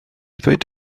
ddweud